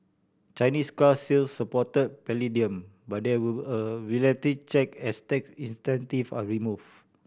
Chinese car sales supported palladium but there will a reality check as tax incentive are removed